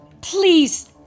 Please